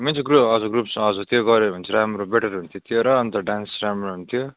main चाहिँ group हजुर groups हजुर त्यो गऱ्यो भने चाहिँ राम्रो बेटर हुन्थ्यो त्यो र अन्त डान्स राम्रो हुन्थ्यो